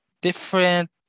Different